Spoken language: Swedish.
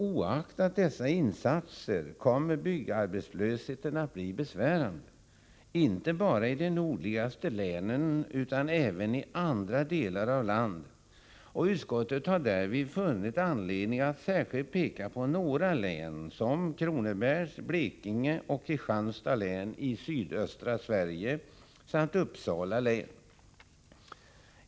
Oaktat dessa insatser kommer byggarbetslösheten att bli besvärande inte bara i de nordligaste länen utan även i andra delar av landet, och utskottet har därvid funnit anledning att särskilt peka på några län, som Kronobergs, Blekinge och Kristianstads län i sydöstra Sverige samt Uppsala län.